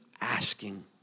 asking